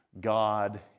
God